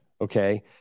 okay